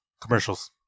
commercials